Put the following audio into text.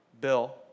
Bill